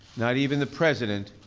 not even the president,